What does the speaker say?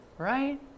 Right